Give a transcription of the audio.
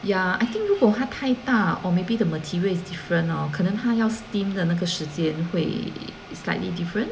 ya I think 如果它太大 or maybe the material is different hor 可能他要 steam 的那个时间会 slightly different